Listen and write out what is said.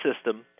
system